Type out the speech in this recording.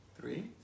three